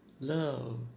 Love